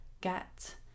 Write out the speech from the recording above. get